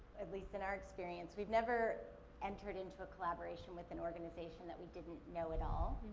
at least in our experience, we've never entered into a collaboration with an organization that we didn't know at all.